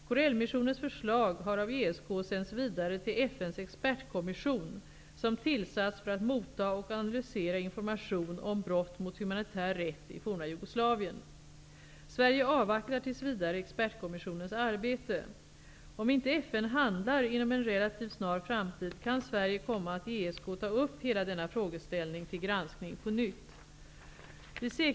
Corell-missionens förslag har av ESK sänts vidare till FN:s expertkommission som tillsatts för att motta och analysera information om brott mot humanitär rätt i forna Jugoslavien. Sverige avvaktar tills vidare expertkommissionens arbete. Om inte FN handlar inom en relativt snar framtid, kan Sverige komma att i ESK ta upp hela denna frågeställning till granskning på nytt.